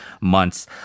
months